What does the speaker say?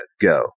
Go